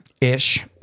Ish